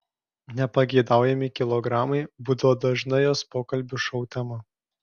nepageidaujami kilogramai būdavo dažna jos pokalbių šou tema